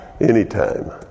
Anytime